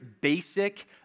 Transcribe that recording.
basic